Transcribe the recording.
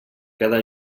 cada